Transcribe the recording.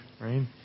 right